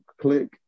Click